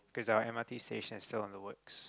cause our m_r_t station is still under works